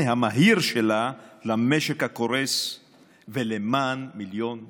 המהיר שלה למשק הקורס ולמען מיליון מובטלים.